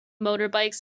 motorbikes